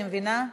אני מבינה,